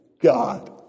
God